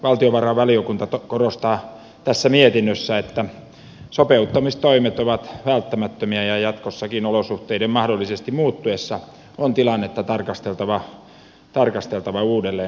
valtiovarainvaliokunta korostaa tässä mietinnössään että sopeuttamistoimet ovat välttämättömiä ja jatkossakin olosuhteiden mahdollisesti muuttuessa on tilannetta tarkasteltava uudelleen